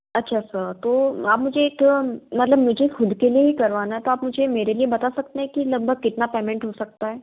अच्छा सर तो आप मुझे एक मतलब मुझे खुद के लिए ही करवाना था आप मुझे मेरे लिए बता सकते हैं कि लगभग कितना पेमेंट हो सकता है